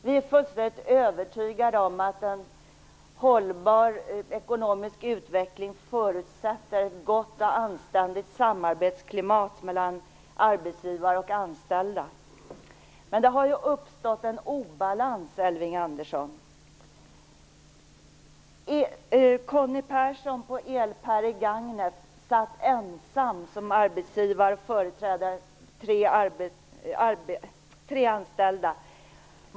Vi är fullständigt övertygade om att en hållbar ekonomisk utveckling förutsätter ett gott och anständigt samarbetsklimat mellan arbetsgivare och anställda. Men det har ju uppstått en obalans, Elving Andersson. Conny Persson på EL-PER AB i Gagnef satt ensam som arbetsgivare och företrädde tre anställda.